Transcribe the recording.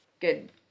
good